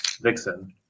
vixen